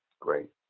great.